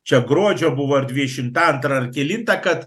čia gruodžio buvo ar dvidešimta antra ar kelinta kad